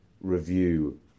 review